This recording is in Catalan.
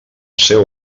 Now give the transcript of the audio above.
seu